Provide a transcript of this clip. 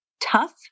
tough